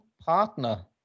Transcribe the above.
partner